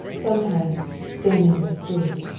sometimes, standing in the streets,